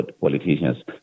politicians